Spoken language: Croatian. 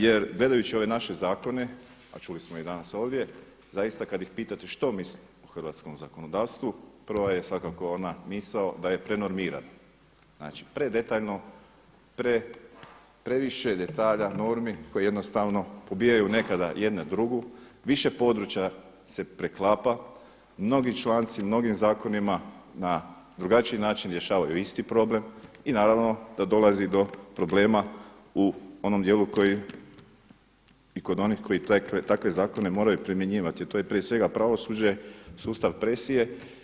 Jer gledajući ove naše zakone, a čuli smo i danas ovdje, zaista kada ih pitate što misle o hrvatskom zakonodavstvu, prva je svakako ona misao da je prenormiran, znači predetaljno, previše detalja, normi koje pobijaju nekada jedna drugu, više područja se preklapa, mnogi članci u mnogim zakonima na drugačiji način rješavaju isti problem i naravno da dolazi do problema u onom dijelu koji i kod onih koji takve zakone moraju primjenjivati, a to je prije svega pravosuđe, sustav presije.